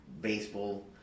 baseball